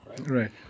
right